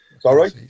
Sorry